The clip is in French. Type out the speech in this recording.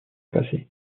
passer